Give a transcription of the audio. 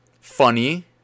Funny